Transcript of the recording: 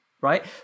right